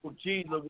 Jesus